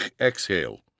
exhale